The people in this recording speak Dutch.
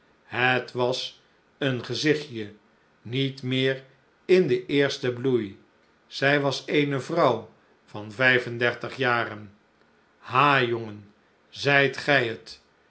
het was een gezichtje niet meer in den eersten bloei zij was eene vrouw van vijf en dertig jaren ha jongen zijt gij het